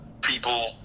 people